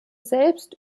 selbst